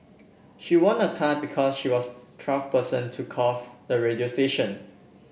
she won a car because she was twelfth person to call the radio station